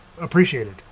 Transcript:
appreciated